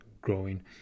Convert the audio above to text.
growing